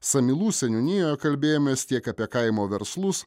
samylų seniūnijoje kalbėjomės tiek apie kaimo verslus